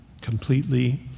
completely